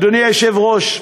אדוני היושב-ראש,